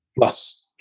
plus